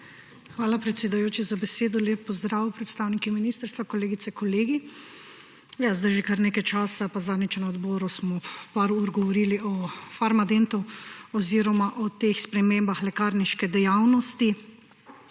Hvala, predsedujoči, za besedo. Lep pozdrav, predstavniki ministrstva, kolegice, kolegi! Zdaj že kar nekaj časa pa zadnjič na odboru smo nekaj ur govorili o Farmadentu oziroma o spremembah lekarniške dejavnosti.